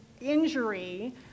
injury